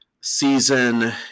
season